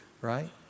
right